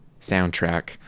Soundtrack